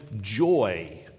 joy